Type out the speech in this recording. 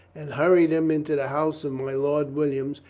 and hurried him into the house of my lord williams,